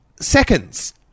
seconds